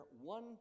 one